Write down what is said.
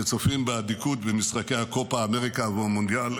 שצופים באדיקות במשחקי הקופה אמריקה ובמונדיאל.